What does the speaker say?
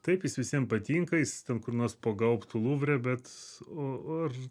taip jis visiem patinka jis ten kur nors po gaubtu luvre bet o ar